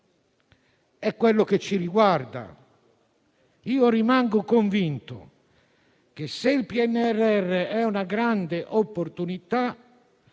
è quello che ci riguarda. Io rimango convinto che, se il PNRR è una grande opportunità,